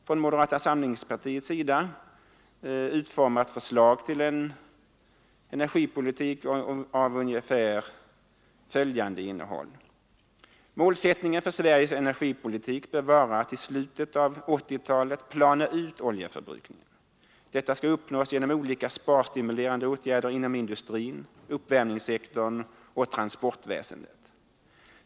Från moderata samlingspartiets sida har utformats ett förslag till en energipolitik med ungefär följande innehåll: Målsättningen för Sveriges energipolitik bör vara att till slutet av 1980-talet plana ut oljeförbrukningen. Detta skall uppnås genom olika sparstimulerande åtgärder inom industrin, uppvärmningssektorn samt transportväsendet.